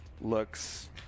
Looks